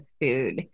food